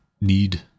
need